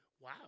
wow